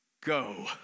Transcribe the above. Go